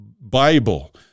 Bible